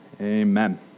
amen